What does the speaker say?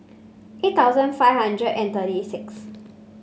eight thousand five hundred and thirty six